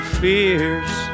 fears